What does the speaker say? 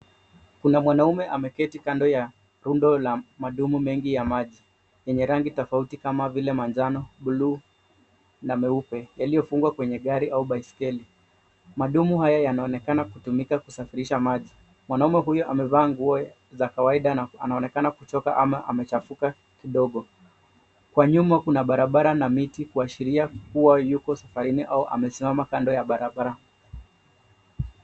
Kuna mwanaume ameketi kando ya rundo la madumu mengi ya maji yenye rangi tofauti kama vile manjano, bluu na meupe yaliyofungwa kwenye gari au baiskeli. Madumu hayo yanaonekana kutumika kusafirisha maji. Mwanaume huyo amevaa nguo za kawaida na anaonekana kuchoka ama amechafuka kidogo. Kwa nyuma kuna barabara na miti kuashiria kua yuko safarini au amesimama kando ya barabara.